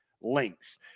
links